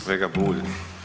Kolega Bulj.